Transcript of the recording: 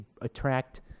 attract